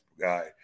guy